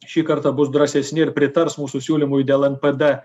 šį kartą bus drąsesni ir pritars mūsų siūlymui dėl npd